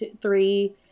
three